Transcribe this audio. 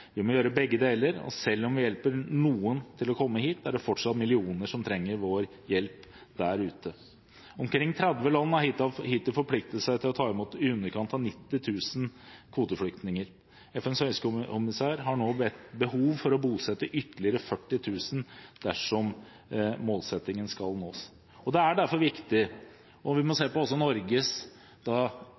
vi må gjøre begge deler. Selv om vi hjelper noen til å komme hit, er det fortsatt millioner som trenger vår hjelp der ute. Omkring 30 land har hittil forpliktet seg til å ta imot i underkant av 90 000 kvoteflyktninger. FNs høykommissær har nå behov for å bosette ytterligere 40 000 dersom målsettingen skal nås.